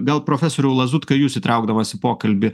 gal profesorių lazutką jūs įtraukdamas į pokalbį